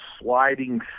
sliding